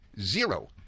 zero